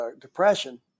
Depression